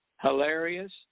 hilarious